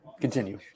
Continue